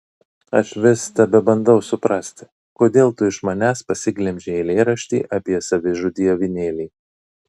aš vis tebebandau suprasti kodėl tu iš manęs pasiglemžei eilėraštį apie savižudį avinėlį